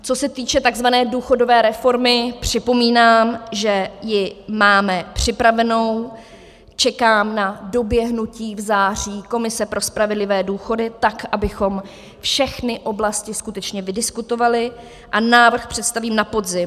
Co se týče tzv. důchodové reformy, připomínám, že ji máme připravenou, čekám na doběhnutí v září Komise pro spravedlivé důchody, tak abychom všechny oblasti skutečně vydiskutovali, a návrh představím na podzim.